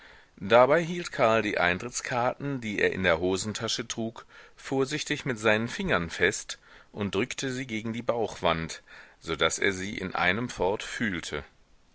dabei hielt karl die eintrittskarten die er in der hosentasche trug vorsichtig mit seinen fingern fest und drückte sie gegen die bauchwand so daß er sie in einem fort fühlte